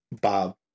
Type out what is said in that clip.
Bob